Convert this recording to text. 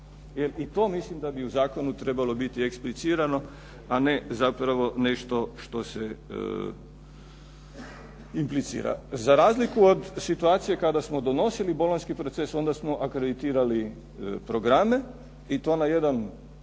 i to mislim da bi u zakonu trebalo biti ekspilicirano a ne zapravo nešto što se implicira. Za razliku od situacije kada smo donosili Bolonjski proces onda smo akreditirali programe i to na jedan